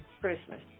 Christmas